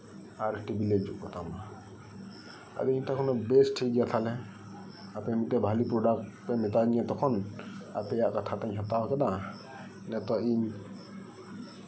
ᱟᱨ TV ᱞᱮ ᱡᱩᱛ ᱠᱟᱛᱟᱢᱟ ᱟᱫᱚᱧ ᱢᱮᱛᱟ ᱠᱚ ᱠᱟᱱᱟ ᱵᱮᱥ ᱴᱷᱤᱠ ᱜᱮᱭᱟ ᱛᱟᱦᱚᱞᱮ ᱵᱷᱟᱹᱜᱮ ᱯᱨᱚᱰᱟᱠᱴ ᱢᱮᱛᱟ ᱫᱤᱧᱟ ᱛᱚᱠᱷᱚᱱ ᱟᱯᱮᱭᱟᱜ ᱠᱟᱛᱷᱟ ᱠᱚᱧ ᱦᱟᱛᱟᱣ ᱠᱮᱫᱟ ᱱᱤᱛᱚᱜ ᱤᱧ